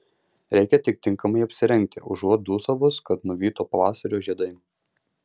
reikia tik tinkamai apsirengti užuot dūsavus kad nuvyto pavasario žiedai